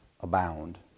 abound